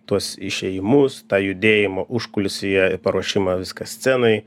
tuos išėjimus tą judėjimą užkulisyje ir paruošimą viską scenai